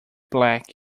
black